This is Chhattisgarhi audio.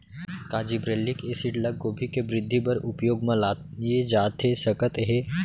का जिब्रेल्लिक एसिड ल गोभी के वृद्धि बर उपयोग म लाये जाथे सकत हे?